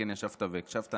והקשבת,